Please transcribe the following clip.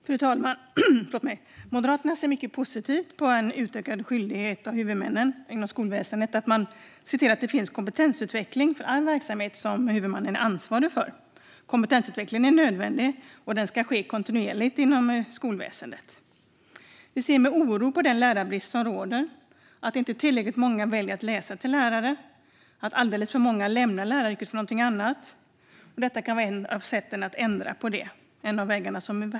Fru talman! Moderaterna ser mycket positivt på en utökad skyldighet för huvudmännen inom skolväsendet att se till att det finns möjlighet till kompetensutveckling inom all verksamhet som huvudmannen är ansvarig för. Kompetensutveckling är nödvändig och ska ske kontinuerligt inom skolväsendet. Vi ser med oro på den lärarbrist som råder, på att inte tillräckligt många väljer att läsa till lärare och på att alldeles för många lämnar läraryrket för något annat. Detta kan vara ett av sätten att ändra på det.